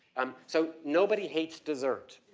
um so nobody hates dessert.